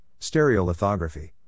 stereolithography